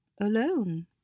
alone